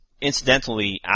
Incidentally